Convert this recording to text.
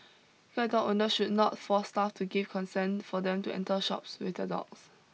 guide dog owner should not force staff to give consent for them to enter shops with their dogs